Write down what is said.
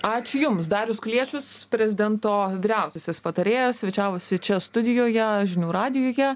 ačiū jums darius kuliešius prezidento vyriausiasis patarėjas svečiavosi čia studijoje žinių radijuje